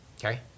carrie